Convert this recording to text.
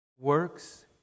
Works